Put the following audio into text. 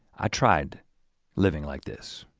i tried living like this.